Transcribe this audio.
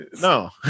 No